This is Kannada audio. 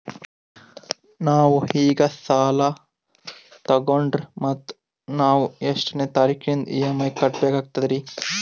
ನಾವು ಈಗ ಸಾಲ ತೊಗೊಂಡ್ರ ಮತ್ತ ನಾವು ಎಷ್ಟನೆ ತಾರೀಖಿಲಿಂದ ಇ.ಎಂ.ಐ ಕಟ್ಬಕಾಗ್ತದ್ರೀ?